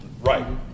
Right